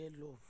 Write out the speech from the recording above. love